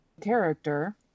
character